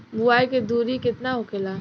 बुआई के दूरी केतना होखेला?